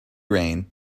rain